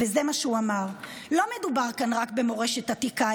וזה מה שהוא אמר: לא מדובר כאן רק במורשת עתיקה,